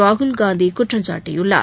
ராகுல்காந்தி குற்றம் சாட்டியுள்ளார்